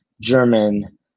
German